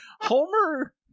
homer